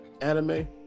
anime